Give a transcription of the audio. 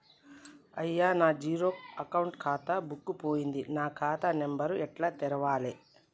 అయ్యా నా zero account ఖాతా బుక్కు పోయింది నా ఖాతా నెంబరు ఎట్ల తెలవాలే?